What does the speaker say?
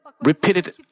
repeated